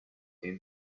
him